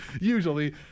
Usually